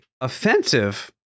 offensive